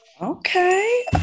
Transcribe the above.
Okay